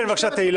בטח יש גוף